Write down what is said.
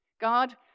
God